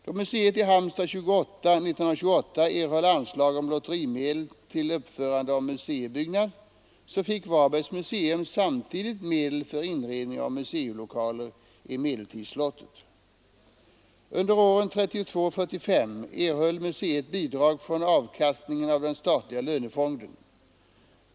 Då museet i Halmstad 1928 erhöll anslag av lotterimedel till uppförande av museibyggnad, fick Varbergs museum! samtidigt medel för inredning av museilokaler i medeltidsslottet. Under åren 1932-1945 erhöll museet bidrag från avkastning av den statliga lönefonden.